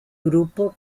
grupo